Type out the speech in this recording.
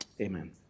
amen